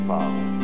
Father